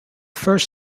first